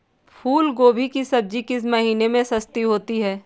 फूल गोभी की सब्जी किस महीने में सस्ती होती है?